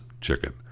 chicken